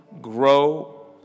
grow